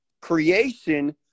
Creation